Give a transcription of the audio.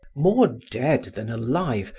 more dead than alive,